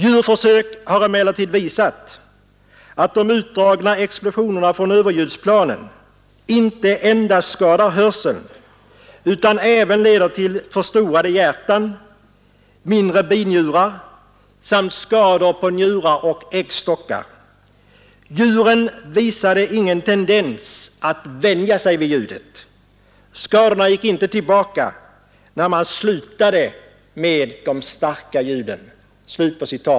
Djurförsök har emellertid visat att de utdragna explosionerna från överljudsplanen inte endast skadar hörseln utan leder till förstorade hjärtan, mindre binjurar, samt skador på njurar och äggstockar. Djuren visade ingen tendens att vänja sig vid ljudet. Skadorna gick inte tillbaka när man slutade med de starka ljuden.